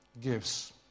gives